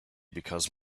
because